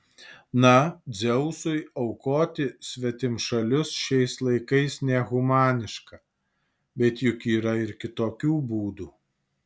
na dzeusui aukoti svetimšalius šiais laikais nehumaniška bet juk yra ir kitokių būdų